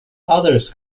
others